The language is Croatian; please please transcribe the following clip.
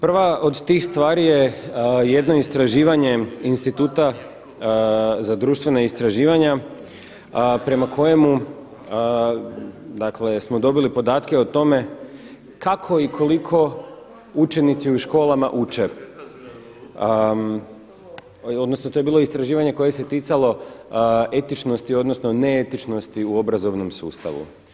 Prva od tih stvari je jedno istraživanje Instituta za društvena istraživanja prema kojemu, dakle smo dobili podatke o tome kako i koliko učenici u školama uče, odnosno to je bilo istraživanje koje se ticalo etičnosti, odnosno neetičnosti u obrazovnom sustavu.